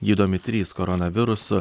gydomi trys koronavirusu